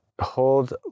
hold